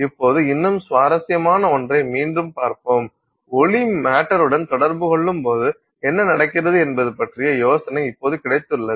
இப்போது இன்னும் சுவாரஸ்யமான ஒன்றை மீண்டும் பார்ப்போம் ஒளி மேட்டர் உடன் தொடர்பு கொள்ளும்போது என்ன நடக்கிறது என்பது பற்றிய யோசனை இப்போது கிடைத்துள்ளது